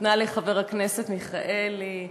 נתנה לחבר הכנסת מיכאלי,